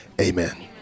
Amen